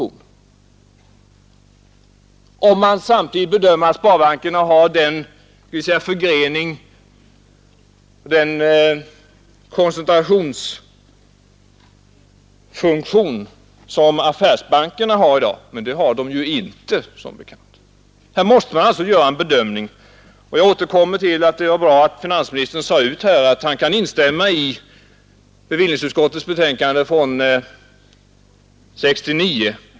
Detta om man samtidigt bedömer att sparbankerna har de kontakter med näringslivet och den koncentrationsfunktion som affärsbankerna har i dag — men det har de inte, som bekant. Här måste man alltså göra en bedömning, och jag återkommer till att det var bra att finansministern uttalade att han kan instämma i bevillningsutskottets betänkande nr 58 år 1969.